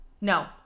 No